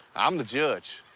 i'm the judge.